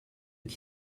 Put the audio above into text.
qui